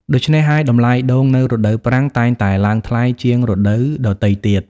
ដូច្នេះហើយ តម្លៃដូងនៅរដូវប្រាំងតែងតែឡើងថ្លៃជាងរដូវដទៃទៀត។